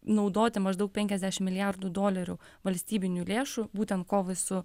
naudoti maždaug penkiasdešim milijardų dolerių valstybinių lėšų būtent kovai su